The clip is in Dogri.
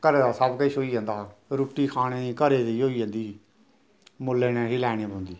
घरे दा सब किश होई जंदा हा रुट्टी खाने ई घरे दी होई जन्दी ही मुल्लै नेईं ही लैने पौंदी